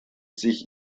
sich